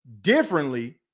differently